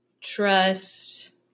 trust